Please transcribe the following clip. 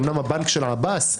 אמנם הבנק של עבאס,